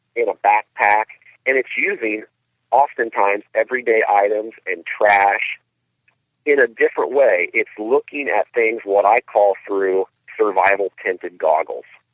in a backpack and it's using oftentimes everyday items and trash in a different way. it's looking at things what i call through survival tinted goggles.